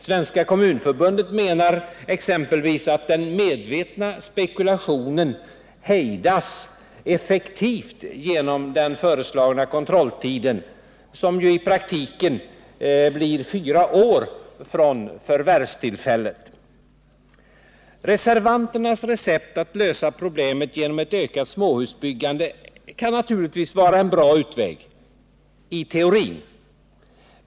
Svenska kommunförbundet menar exempelvis att den medvetna spekulationen hejdas effektivt genom den föreslagna kontrolltiden, som ju i praktiken blir fyra år från förvärvstillfället. Reservanternas recept att lösa problemet genom ett ökat småhusbyggande kan naturligtvis vara en bra utväg — i teorin.